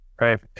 Right